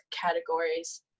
categories